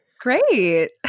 Great